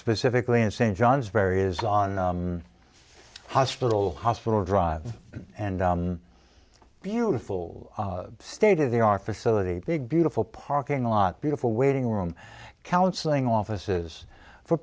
specifically in st john's very is on hospital hospital drive and beautiful state of the art facility big beautiful parking lot beautiful waiting room counseling offices for